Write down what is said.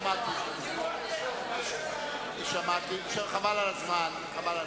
קריאות: חבל על הזמן.